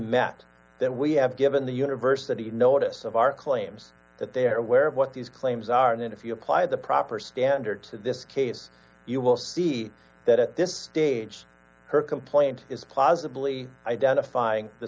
met that we have given the university notice of our claims that they are aware of what these claims are and if you apply the proper standards in this case you will see that at this stage her complaint is plausibly identifying the